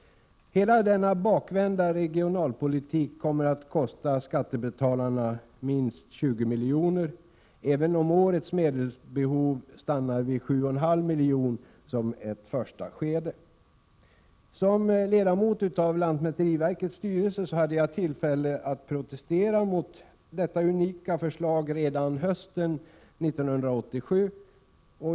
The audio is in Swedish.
Hela denna bakvända regionalpolitik kommer att kosta skattebetalarna minst 20 miljoner, även om årets medelsbehov stannar vid 7,5 miljoner i ett första skede. Som ledamot av lantmäteriverkets styrelse hade jag tillfälle att protestera mot detta unika förslag redan hösten 1987.